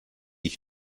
ich